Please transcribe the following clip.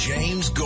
James